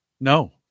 No